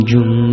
Jum